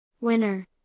Winner